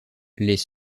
les